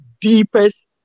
deepest